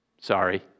Sorry